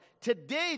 Today